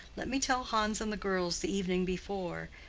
let me tell hans and the girls the evening before,